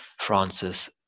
Francis